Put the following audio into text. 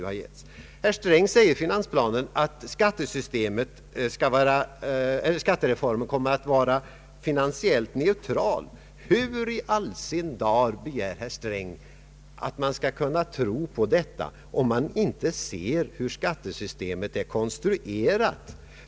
Herr Sträng säger i finansplanen att skattereformen kommer att vara finansiellt neutral. Hur i all sin dar begär herr Sträng att vi skall kunna tro på detta, om vi inte ser hur skattesystemet är konstruerat?